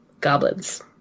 goblins